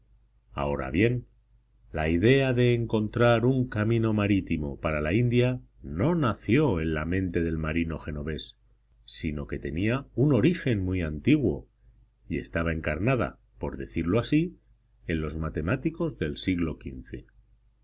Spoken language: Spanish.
ahora bien la idea de encontrar un camino marítimo para la india no nació en la mente del marino genovés sino que tenía un origen muy antiguo y estaba encarnada por decirlo así en todos los matemáticos del siglo